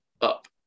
up